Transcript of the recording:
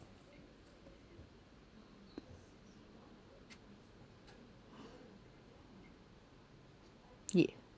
yeah